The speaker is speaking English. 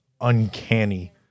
uncanny